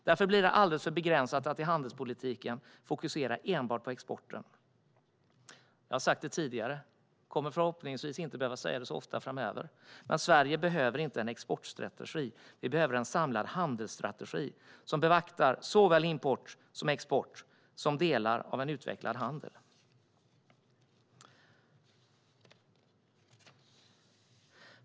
Därför blir det alldeles för begränsat att i handelspolitiken fokusera enbart på exporten. Jag har sagt det tidigare och kommer förhoppningsvis inte att behöva säga det så ofta framöver, men Sverige behöver inte en exportstrategi utan en samlad handelsstrategi som beaktar både export och import som delar av en utvecklad handel.